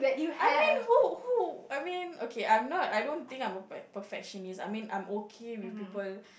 I mean who who I mean okay I'm not I don't think I'm a per~ perfectionist I mean I'm okay with people